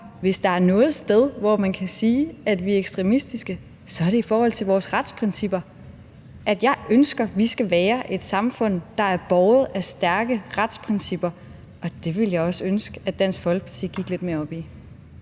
Hvis der er noget sted, hvor man kan sige, at vi er ekstremistiske, så er det i forhold til vores retsprincipper, og jeg ønsker, vi skal være et samfund, der er båret af stærke retsprincipper. Og det ville jeg også ønske at Dansk Folkeparti gik lidt mere op i.